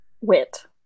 wit